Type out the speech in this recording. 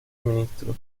ministro